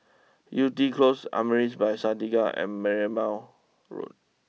Yew Tee close Amaris by Santika and Merlimau Road